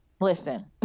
listen